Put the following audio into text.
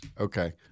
Okay